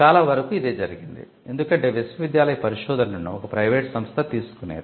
చాలావరకు ఇదే జరిగింది ఎందుకంటే విశ్వవిద్యాలయ పరిశోధనను ఒక ప్రైవేట్ సంస్థ తీసుకునేది